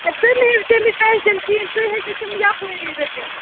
ہے تُہۍ مہٕ ہیٚیِو تیمیُک ٹیٚنشِن کِہیٖنۍ تُہۍ ہیٚکِو تِم یپٲری رٔٹِتھ